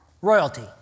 Royalty